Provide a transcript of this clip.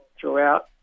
throughout